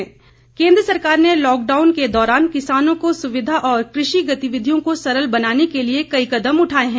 सरकार किसान केंद्र सरकार ने लॉकडाउन के दौरान किसानों को सुविधा और कृषि गतिविधियों को सरल बनाने के लिए कई कदम उठाए हैं